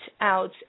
out